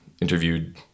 interviewed